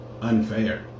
unfair